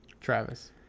Travis